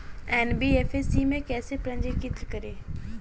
NBFC में कैसे पंजीकृत करें?